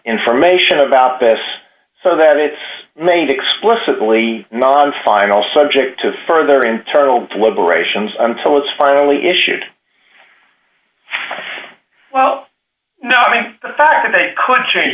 information about this so that it's made explicitly non final subject to further internal deliberations until it's finally issued well now by the fact that they could change